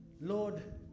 Lord